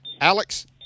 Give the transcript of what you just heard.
Alex